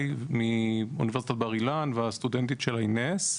מאוניברסיטת בר אילן והסטודנטית שלה אינס,